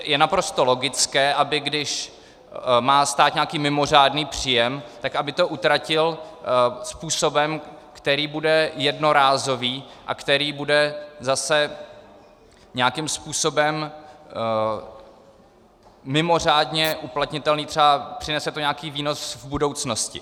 Je naprosto logické, aby když má stát nějaký mimořádný příjem, aby to utratil způsobem, který bude jednorázový a který bude zase nějakým způsobem mimořádně uplatnitelný, třeba přinese nějaký výnos v budoucnosti.